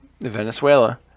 Venezuela